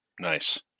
Nice